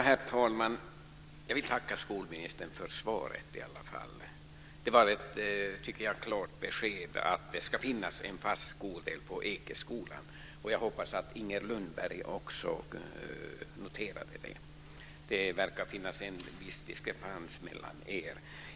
Herr talman! Jag vill i alla fall tacka för svaret. Det var ett klart besked om att det ska finnas en fast skoldel på Ekeskolan. Jag hoppas att också Inger Lundberg noterat det. Det verkar ju finnas en viss diskrepans mellan er.